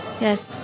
Yes